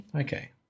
Okay